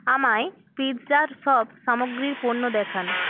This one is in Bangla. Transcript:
আমায় পিৎজার সব সামগ্রীর পণ্য দেখান